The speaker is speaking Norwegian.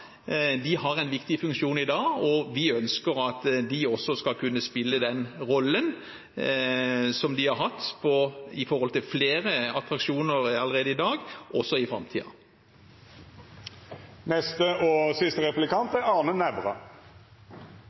de har en viktig funksjon i dag. Vi ønsker at de skal kunne spille den rollen de har hatt overfor flere attraksjoner allerede i dag, også i framtiden. Jeg betrakter representanten Grøvan som en person som er saklig, setter seg inn i samferdselssakene og